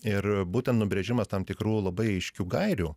ir būtent nubrėžimas tam tikrų labai aiškių gairių